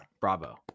bravo